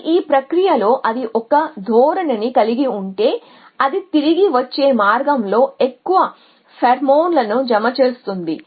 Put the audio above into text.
కానీ ఈ ప్రక్రియలో అది ఒక ధోరణిని కలిగి ఉంటే అది తిరిగి వచ్చే మార్గంలో ఎక్కువ ఫేర్మోన్లను జమ చేస్తుంది